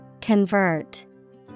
Convert